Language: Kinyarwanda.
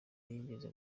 yigeze